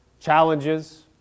challenges